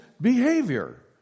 behavior